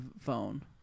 phone